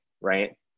right